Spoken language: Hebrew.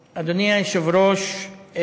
היושב-ראש,